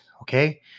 Okay